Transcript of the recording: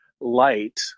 light